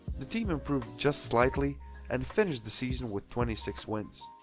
the team improved just slightly and finished the season with twenty six wins.